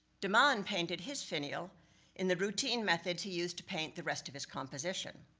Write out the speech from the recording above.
de man painted his finial in the routine methods he used to paint the rest of his composition.